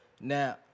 Now